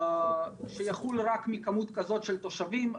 שיחול רק מכמות כזאת של תושבים,